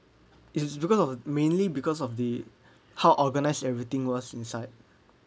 it's because of mainly because of the how organized everything was inside